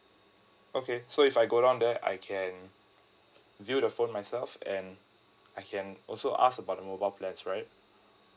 okay so if I go down there I can view the phone myself and I can also ask about mobile plans right